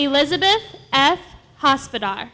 elizabeth hospital